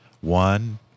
One